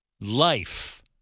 life